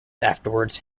afterwards